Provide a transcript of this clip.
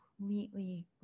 completely